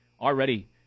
already